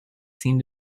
seemed